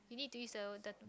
you need to eat